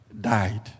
died